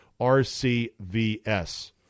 RCVS